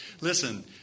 Listen